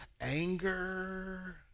anger